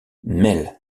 mel